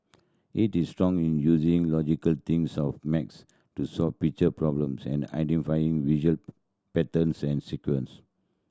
he strong in using logical thinks of max to solve picture problems and identifying visual patterns and sequence